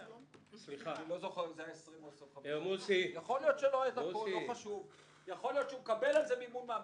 יכול להיות שהוא מקבל על זה מימון מהמדינה.